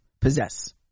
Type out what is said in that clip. possess